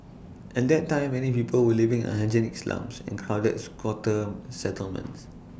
at that time many people were living in unhygienic slums and crowded squatter settlements